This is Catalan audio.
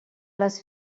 les